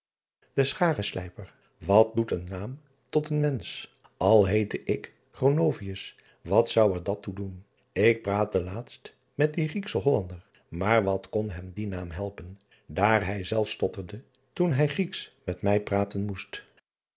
e chareslijper at doet een naam tot een mensch l heette ik wat zou er dat toe doen k praatte laatst met dien riekschen ollander maar wat kon hem dien naam helpen daar hij zelfs stotterde toen hij rieksch met mij praten moest